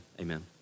amen